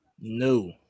No